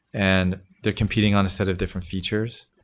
and they're competing on a set of different features.